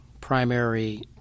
primary